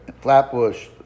Flatbush